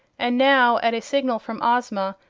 and now, at a signal from ozma,